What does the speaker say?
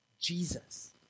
Jesus